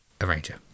arranger